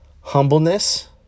humbleness